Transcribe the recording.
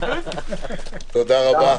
תודה רבה.